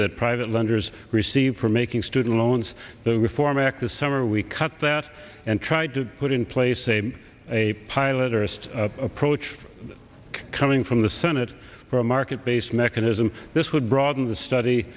that private lenders receive for making student loans the reform act this summer we cut that and tried to put in place a a pilot arist approach coming from the senate for a market based mechanism this would broaden the study